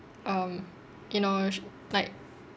um you know sh~ like